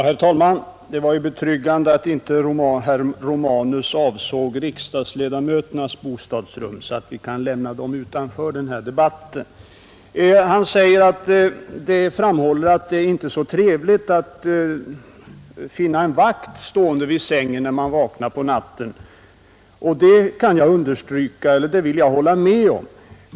Herr talman! Det var ju betryggande att höra att herr Romanus inte avsåg riksdagsledamöternas bostadsrum här i huset. Vi kan alltså lämna dem utanför denna debatt. Herr Romanus påpekar att det inte är så trevligt att finna en vakt stående vid sängen när man vaknar på natten, och det vill jag hålla med om.